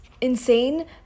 insane